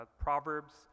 Proverbs